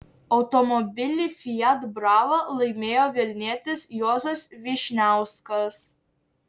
automobilį fiat brava laimėjo vilnietis juozas vyšniauskas